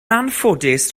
anffodus